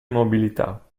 immobilità